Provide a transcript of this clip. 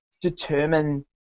determine